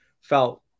felt